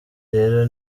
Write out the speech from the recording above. rero